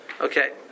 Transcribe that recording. Okay